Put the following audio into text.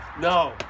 No